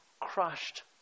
crushed